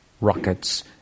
rockets